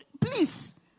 Please